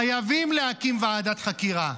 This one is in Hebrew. חייבים להקים ועדת חקירה,